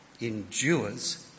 endures